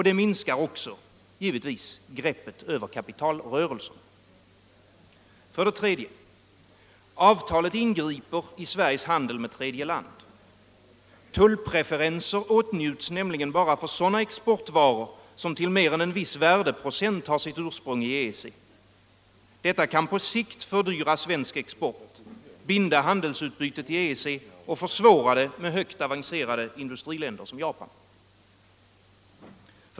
Det minskar också givetvis greppet över kapitalrörelserna. 3. Avtalet ingriper i Sveriges handel med tredje land. Tullpreferenser åtnjuts nämligen bara för sådana exportvaror som till mer än en viss värdeprocent har sitt ursprung i EEC. Detta kan på sikt fördyra svensk export, binda handelsutbytet till EEC och försvåra det med högt avancerade industriländer som Japan.